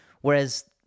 Whereas